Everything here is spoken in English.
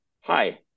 hi